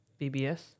VBS